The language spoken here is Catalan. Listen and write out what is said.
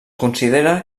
considera